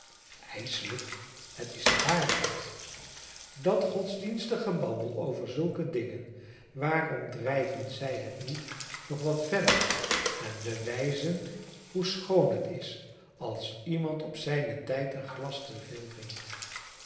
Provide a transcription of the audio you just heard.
ijselijk het is de waarheid dat godsdienstig gebabbel over zulke dingen waarom drijven zij het niet nog wat verder en bewijzen hoe schoon het is als iemand op zijnen tijd een glas te veel drinkt